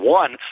one